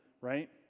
right